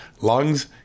lungs